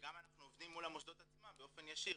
וגם אנחנו עובדים מול המוסדות עצמם באופן ישיר,